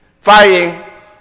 fighting